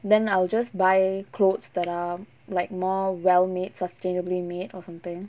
then I'll just buy clothes that are like more well made sustainably made or something